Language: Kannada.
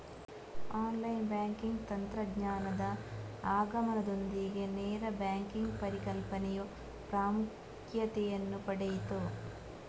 ಆನ್ಲೈನ್ ಬ್ಯಾಂಕಿಂಗ್ ತಂತ್ರಜ್ಞಾನದ ಆಗಮನದೊಂದಿಗೆ ನೇರ ಬ್ಯಾಂಕಿನ ಪರಿಕಲ್ಪನೆಯು ಪ್ರಾಮುಖ್ಯತೆಯನ್ನು ಪಡೆಯಿತು